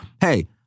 hey